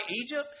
Egypt